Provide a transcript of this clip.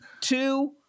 Two